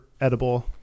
edible